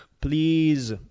Please